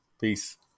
peace